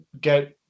get